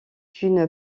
une